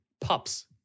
pups